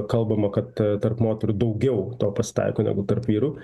kalbama kad tarp moterų daugiau to pasitaiko negu tarp vyrų